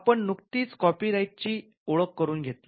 आपण नुकतीच कॉपीराइटची साहित्य वरचा हक्क ओळख करून घेतली